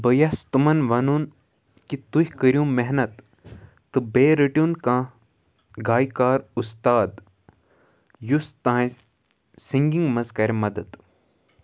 بہٕ یَژھ تِمن وَنُن کہِ تُہُۍ کٕرِو محنَت تہٕ بییہِ رٕٹہُن کانٛہہ گاے کار اُستاد یُس تہُنٛزِ سِنگِنٛگ مَنٛز کَرِ مَدد